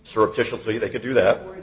surreptitiously they could do that where